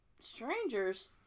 strangers